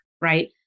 right